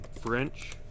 french